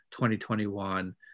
2021